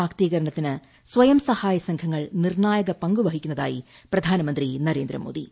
ശാക്തീകരണത്തിന് സ്വയംസഹായ സംഘങ്ങൾ നിർണ്ണായക പങ്ക് വഹിക്കുന്നതായി പ്രധാനമന്ത്രി നരേന്ദ്രമോദി